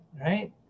Right